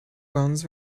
guns